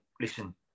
listen